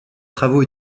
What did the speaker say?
travaux